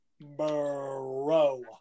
Bro